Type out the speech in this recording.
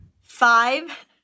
five